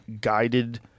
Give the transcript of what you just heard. guided